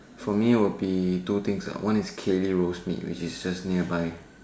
for me would be two things ah one is Kay-Lee roast meat which is just nearby